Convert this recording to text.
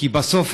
כי בסוף,